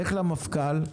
לך למפכ"ל,